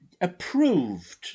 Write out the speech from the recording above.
approved